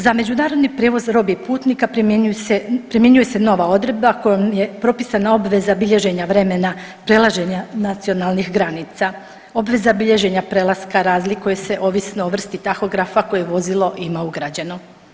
Za međunarodni prijevoz robe i putnika primjenjuje se nova odredba kojom je propisana obveza bilježenja vremena prelaženja nacionalnih granica, obveza bilježenja prelaska razlikuje se ovisno o vrsti tahografa koje vozilo ima ugrađeno.